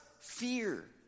Fear